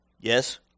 Yes